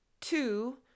two